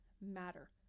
matter